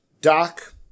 Doc